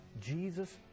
Jesus